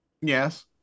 Yes